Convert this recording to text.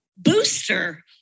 booster